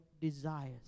desires